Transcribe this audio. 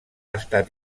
estat